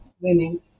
women